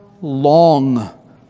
long